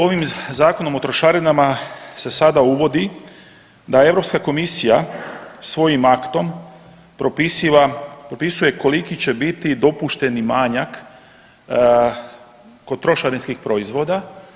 Ovim Zakonom o trošarinama se sada uvodi da Europska komisija svojim aktom propisuje koliki će biti dopušteni manjak kod trošarinskih proizvoda.